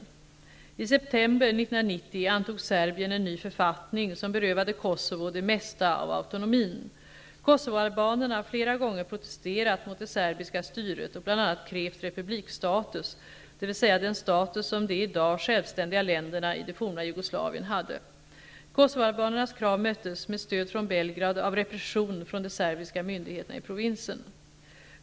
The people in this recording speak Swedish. I september 1990 Kosovo det mesta av autonomin. Kosovoalbanerna har flera gånger protesterat mot det serbiska styret och bl.a. krävt republikstatus, dvs. den status som de i dag självständiga länderna i det forna Jugoslavien hade. Kosovoalbanernas krav möttes, med stöd från Belgrad, av repression från de serbiska myndigheterna i provinsen.